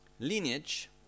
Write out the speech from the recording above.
Lineage